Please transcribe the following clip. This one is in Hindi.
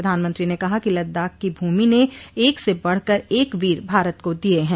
प्रधानमंत्री ने कहा कि लद्दाख की भूमि ने एक से बढ़कर एक वीर भारत को दिये हैं